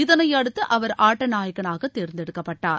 இதனை அடுத்து அவர் ஆட்ட நாயகனாக தேர்ந்தெடுக்கப்பட்டார்